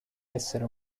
essere